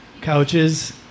couches